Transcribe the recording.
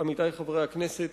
עמיתי חברי הכנסת,